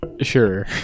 Sure